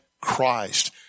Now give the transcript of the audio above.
Christ